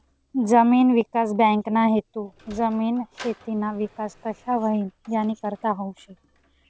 जमीन विकास बँकना हेतू जमीन, शेतीना विकास कशा व्हई यानीकरता हावू शे